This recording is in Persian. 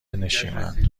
نمیشن